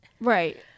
Right